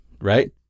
right